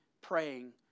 praying